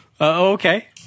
okay